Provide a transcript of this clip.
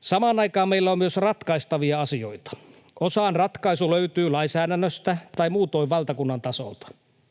Samaan aikaan meillä on myös ratkaistavia asioita. Osaan ratkaisu löytyy lainsäädännöstä tai muutoin valtakunnan tasolta,